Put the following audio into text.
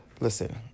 listen